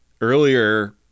earlier